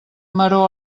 maror